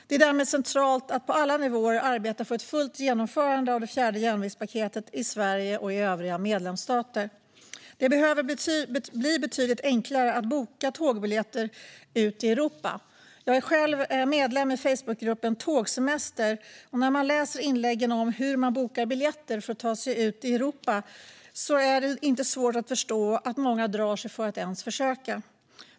Det är därmed centralt att på alla nivåer arbeta för ett fullt genomförande av det fjärde järnvägspaketet i Sverige och övriga medlemsstater. Det behöver bli betydligt enklare att boka tågbiljetter i Europa. Jag är själv medlem i Facebookgruppen Tågsemester. För den som läser inläggen om hur man bokar biljetter för att ta sig ut i Europa är det inte svårt att förstå att många drar sig för att ens försöka.